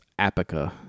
Apica